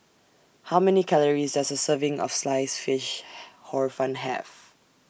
How Many Calories Does A Serving of Sliced Fish Hor Fun Have